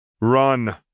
Run